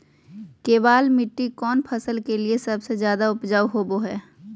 केबाल मिट्टी कौन फसल के लिए सबसे ज्यादा उपजाऊ होबो हय?